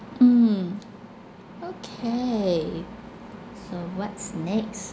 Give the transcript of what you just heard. mm okay so what's next